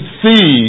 see